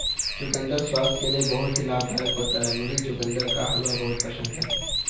चुकंदर स्वास्थ्य के लिए बहुत ही लाभदायक होता है मुझे चुकंदर का हलवा बहुत पसंद है